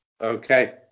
Okay